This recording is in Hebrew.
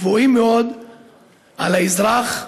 גבוהים מאוד על האזרח,